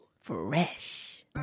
Fresh